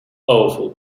awful